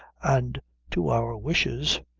and to our wishes,